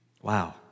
Wow